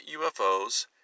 UFOs